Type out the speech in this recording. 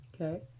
okay